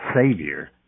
Savior